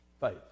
Faith